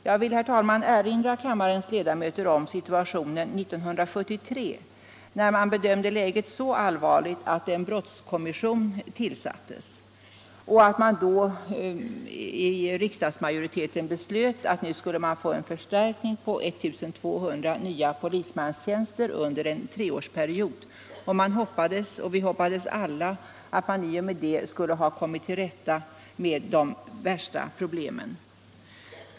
Jag vill, herr talman, erinra kammarens ledamöter om situationen 1973, när man bedömde läget som så allvarligt att en brottskommission tillsattes. Utskottsmajoriteten beslöt då om en förstärkning på 1 200 nya polismanstjänster under en treårsperiod. Vi hoppades alla att man i och med det skulle ha kommit till rätta med de värsta problemen.